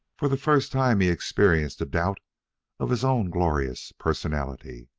for the first time he experienced a doubt of his own glorious personality.